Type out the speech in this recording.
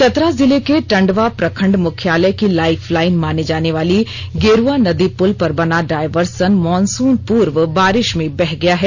चतरा जिले के टंडवा प्रखंड मुख्यालय की लाईफ लाईन माने जाने वाली गेरुआ नदी पुल पर बना डायवर्सन मानसून पूर्व बारिश में बह गया है